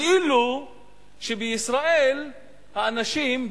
כאילו שבישראל האנשים,